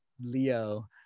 Leo